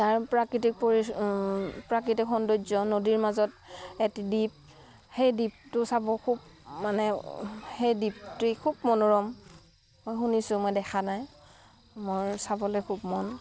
তাৰ প্ৰাকৃতিক প্ৰাকৃতিক সৌন্দৰ্য নদীৰ মাজত এটি দ্বীপ সেই দ্বীপটো চাব খুব মানে সেই দ্বীপটোৱেই খুব মনোৰম মই শুনিছোঁ মই দেখা নাই মোৰ চাবলৈ খুব মন